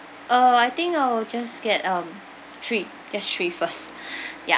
uh I think I'll just get um three just three first ya